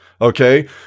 Okay